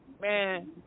Man